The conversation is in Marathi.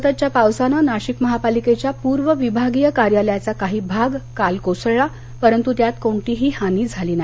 सततच्या पावसानं नाशिक महापालिकेच्या पूर्व विभागीय कार्यालयाचा काही भाग काल कोसळला परंत् कोणतीही हानी झाली नाही